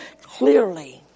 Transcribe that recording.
clearly